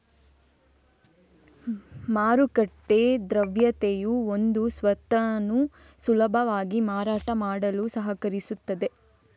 ಮಾರುಕಟ್ಟೆ ದ್ರವ್ಯತೆಯು ಒಂದು ಸ್ವತ್ತನ್ನು ಸುಲಭವಾಗಿ ಮಾರಾಟ ಮಾಡಲು ಸಹಕರಿಸುತ್ತದೆ